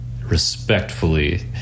respectfully